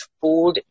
food